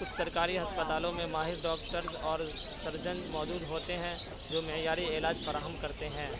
کچھ سرکاری ہسپتالوں میں ماہر ڈاکٹرز اور سرجن موجود ہوتے ہیں جو معیاری علاج فراہم کرتے ہیں